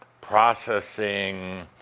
processing